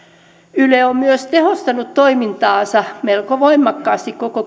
yle on myös tehostanut toimintaansa melko voimakkaasti koko